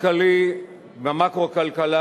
במקרו-כלכלה,